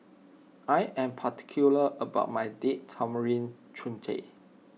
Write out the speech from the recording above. I am particular about my Date Tamarind Chutney